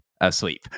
asleep